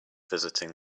visiting